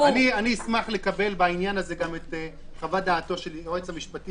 אשמח לקבל בעניין הזה גם את חוות דעתו של היועץ המשפטי